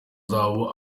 zabo